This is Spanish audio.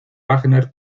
wagner